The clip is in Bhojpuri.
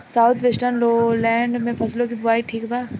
साउथ वेस्टर्न लोलैंड में फसलों की बुवाई ठीक बा?